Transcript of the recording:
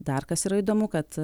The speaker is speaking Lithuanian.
dar kas yra įdomu kad